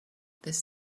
this